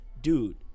dude